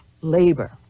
labor